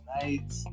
tonight